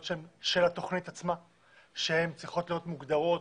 של התכנית עצמה שהן צריכות להיות מוגדרות,